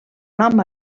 nom